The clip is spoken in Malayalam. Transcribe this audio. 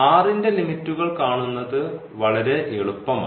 r ൻറെ ലിമിറ്റുകൾ കാണുന്നത് വളരെ എളുപ്പമാണ്